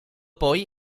poi